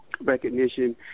recognition